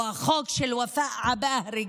הוא גם החוק של ופאא עבאהרה.